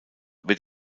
wird